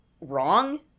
wrong